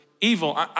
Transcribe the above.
evil